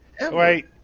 Wait